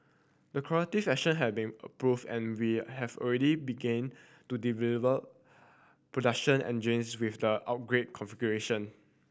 the corrective action have been approved and we have already begin to deliver production engines with the upgraded configuration